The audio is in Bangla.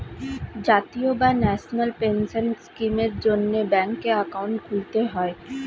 জাতীয় বা ন্যাশনাল পেনশন স্কিমের জন্যে ব্যাঙ্কে অ্যাকাউন্ট খুলতে হয়